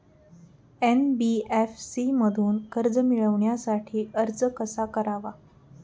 NBFC मधून कर्ज मिळवण्यासाठी अर्ज कसा करावा?